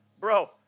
bro